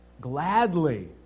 gladly